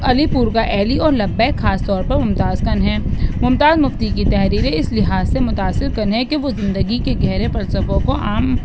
علی پور کا ایلی اور لبیک خاص طور پر ممتاز کن ہیں ممتاز مفتی کی تحریریں اس لحاظ سے متاثر کن ہے کہ وہ زندگی کے گہرے فلسفوں کو عام